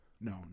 No